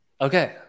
okay